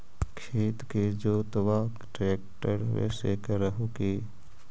खेत के जोतबा ट्रकटर्बे से कर हू की?